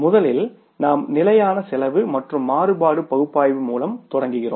முதலில் நாம் நிலையான செலவு மற்றும் மாறுபாடு பகுப்பாய்வு மூலம் தொடங்குகிறோம்